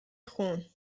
خون